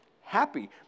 happy